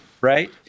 Right